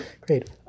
great